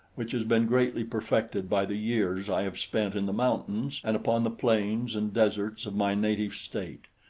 which has been greatly perfected by the years i have spent in the mountains and upon the plains and deserts of my native state,